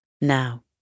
Now